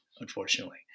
unfortunately